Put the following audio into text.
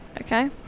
Okay